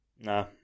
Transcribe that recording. No